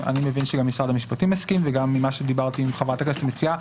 ואני מבין שגם משרד המשפטים מסכים וגם דיברתי עם חברת הכנסת המציעה